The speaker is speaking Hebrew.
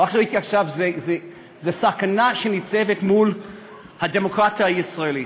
מה שראיתי עכשיו זה סכנה שניצבת מול הדמוקרטיה הישראלית.